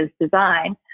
design